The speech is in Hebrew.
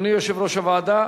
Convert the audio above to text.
אדוני יושב-ראש הוועדה,